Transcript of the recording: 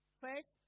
first